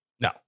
No